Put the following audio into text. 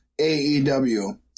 AEW